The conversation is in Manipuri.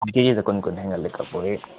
ꯀꯦꯖꯤꯗ ꯀꯨꯟ ꯀꯨꯟ ꯍꯦꯟꯒꯠꯂꯦ ꯀꯛꯄꯒꯤ